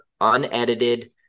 unedited